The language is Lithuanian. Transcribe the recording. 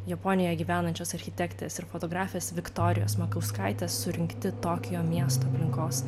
japonijoje gyvenančios architektės ir fotografės viktorijos makauskaitės surinkti tokijo miesto aplinkos